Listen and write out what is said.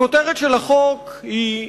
הכותרת של החוק היא: